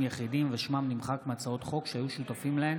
יחידים ושמם נמחק מהצעות חוק שהיו שותפים להן